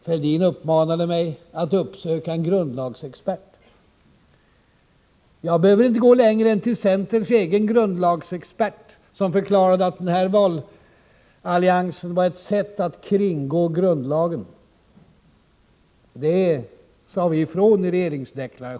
Fälldin uppmanade mig att uppsöka en grundlagsexpert. Jag behöver inte gå längre än till centerns egen grundlagsexpert, som förklarat att denna valallians är ett sätt att kringgå grundlagen. Det sade vi ifrån i regeringsdeklarationen.